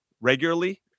regularly